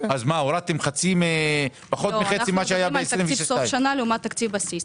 אנחנו מדברים על תקציב סוף שנה לעומת תקציב בסיס.